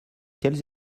quelles